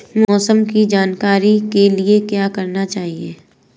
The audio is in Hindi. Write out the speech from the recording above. मौसम की जानकारी के लिए क्या करना चाहिए?